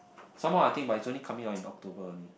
some more I think but it's only coming on in October only